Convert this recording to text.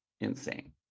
insane